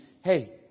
hey